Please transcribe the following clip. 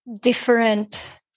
different